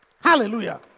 Hallelujah